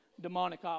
demonic